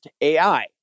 AI